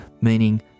meaning